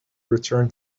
return